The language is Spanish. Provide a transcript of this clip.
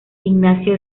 ignacio